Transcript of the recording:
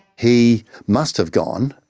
he must have gone,